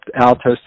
alto